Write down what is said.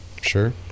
Sure